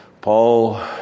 Paul